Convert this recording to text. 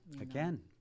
Again